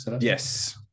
yes